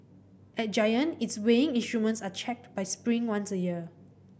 at Giant its weighing instruments are checked by Spring once a year